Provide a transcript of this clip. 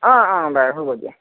অঁ অঁ বাৰু হ'ব দিয়া